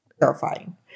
terrifying